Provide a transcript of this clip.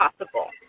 possible